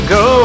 go